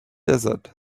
desert